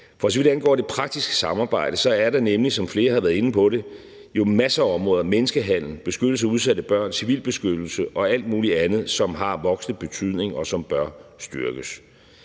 For så vidt angår det praktiske samarbejde, er der nemlig, som flere har været inde på, masser af områder i forhold til menneskehandel, beskyttelse af udsatte børn, civilbeskyttelse og alt muligt andet, som har voksende betydning, og som bør styrkes.